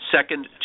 Second